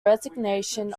resignation